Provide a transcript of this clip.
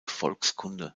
volkskunde